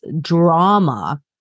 drama